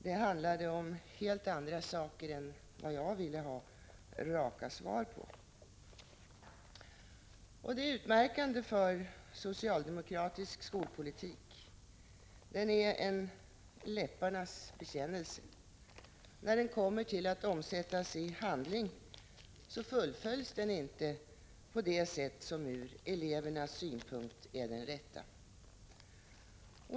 Det handlade om helt andra saker än vad jag ville ha raka svar på. Detta är utmärkande för socialdemokratisk skolpolitik. Den är en läpparnas bekännelse. När den kommer till att omsättas i handling fullföljs den inte på det sätt som ur elevernas synpunkt är det rätta.